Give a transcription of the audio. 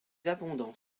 abondant